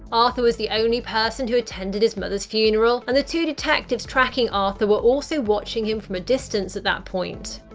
arthur was the only person who attended his mother's funeral and the two detectives tracking arthur were also watching him from a distance at that point.